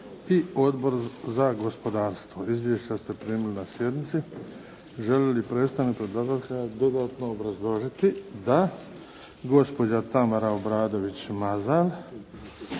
i Odbor za gospodarstvo. Izvješća ste primili na sjednici. Želi li predstavnik predlagatelja dodatno obrazložiti? Da. Gospođa Tamara Obradović Mazal,